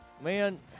man